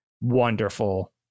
wonderful